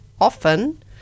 often